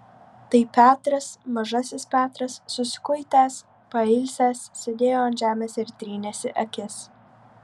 tai petras mažasis petras susikuitęs pailsęs sėdėjo ant žemės ir trynėsi akis